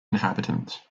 inhabitants